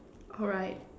alright